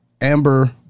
Amber